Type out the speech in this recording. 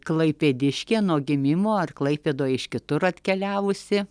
klaipėdiškė nuo gimimo ar klaipėdoj iš kitur atkeliavusi